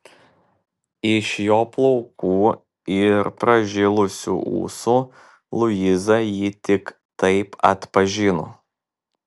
iš jo plaukų ir pražilusių ūsų luiza jį tik taip atpažino